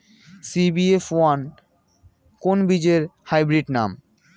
CBF one কোন বীজের hybrid নাম?